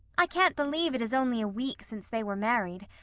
i can't believe it is only a week since they were married.